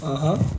(uh huh)